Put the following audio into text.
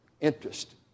interest